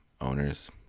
owners